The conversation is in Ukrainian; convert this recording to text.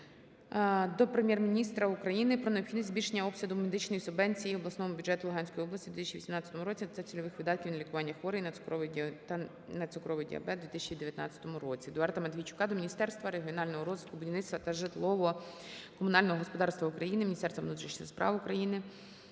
до Прем'єр-міністра України про необхідність збільшення обсягу медичної субвенції обласному бюджету Луганської області у 2018 році та цільових видатків на лікування хворих на цукровий та нецукровий діабет в 2019 році. Едуарда Матвійчука до Міністерства регіонального розвитку, будівництва та житлово-комунального господарства України, Міністерства внутрішніх справ України,